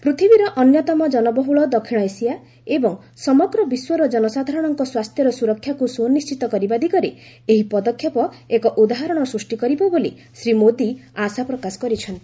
ପୃଥିବୀର ଅନ୍ୟତମ ଜନବହୁଳ ଦକ୍ଷିଣ ଏସିଆ ଏବଂ ସମଗ୍ର ବିଶ୍ୱରେ ଜନସାଧାରଣଙ୍କ ସ୍ୱାସ୍ଥ୍ୟର ସୁରକ୍ଷାକୁ ସୁନିଶ୍ଚିତ କରିବା ଦିଗରେ ଏହି ପଦକ୍ଷେପ ଏକ ଉଦାହରଣ ସୃଷ୍ଟି କରିବ ବୋଲି ଶ୍ରୀ ମୋଦି ଆଶା ପ୍ରକାଶ କରିଛନ୍ତି